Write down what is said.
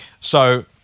So-